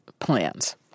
plans